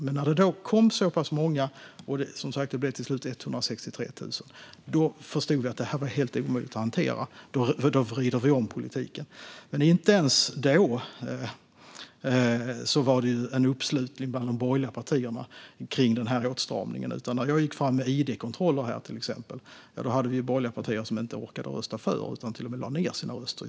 Men när det kom så pass många - det blev till slut 163 000 - förstod jag att detta var helt omöjligt att hantera. Då fick vi vrida om politiken. Inte ens då var det en uppslutning bland de borgerliga partierna för åtstramningen. Jag gick fram med förslag om id-kontroller. Men då fanns borgerliga partier som inte orkade rösta för utan till och med lade ned sina röster.